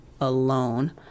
alone